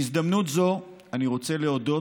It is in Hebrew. בהזדמנות זו אני רוצה להודות,